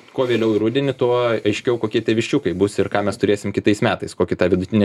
kuo vėliau į rudenį tuo aiškiau kokie tie viščiukai bus ir ką mes turėsim kitais metais kokį tą vidutinį